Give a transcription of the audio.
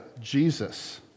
Jesus